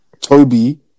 Toby